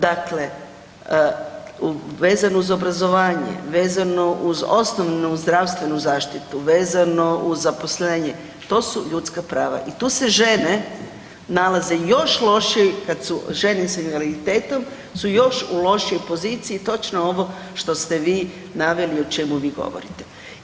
Dakle, vezano uz obrazovanje, vezano uz osnovnu zdravstvenu zaštitu, vezano uz zaposlenje, to su ljudska prava i tu se žene nalaze još lošije kad su žene s invaliditetom su u još u lošijoj poziciji, točno ovo što ste vi naveli, o čemu vi govorite.